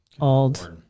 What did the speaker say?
old